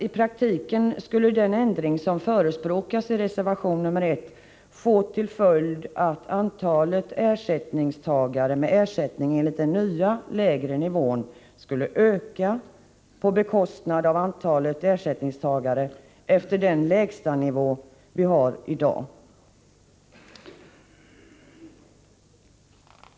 I praktiken skulle en sådan ändring få till följd att antalet ersättningstagare med ersättning enligt den nya, lägre nivån ökade på bekostnad av antalet ersättningstagare med ersättning enligt den lägsta nivå som tillämpas i dag.